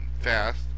fast